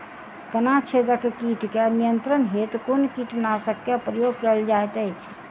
तना छेदक कीट केँ नियंत्रण हेतु कुन कीटनासक केँ प्रयोग कैल जाइत अछि?